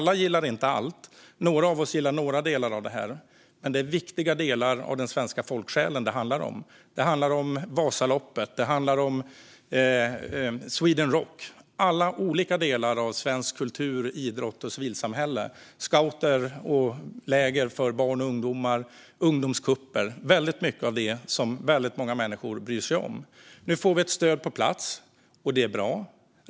Alla gillar inte allt. Några av oss gillar några delar av det här. Men det är viktiga delar av den svenska folksjälen det handlar om. Det handlar om Vasaloppet, och det handlar om Sweden Rock. Det handlar om alla olika delar av svensk kultur, idrott och civilsamhälle. Det är scouter, läger för barn och ungdomar och ungdomscuper - mycket av det som väldigt många människor bryr sig om. Nu får vi ett stöd på plats, och det är bra.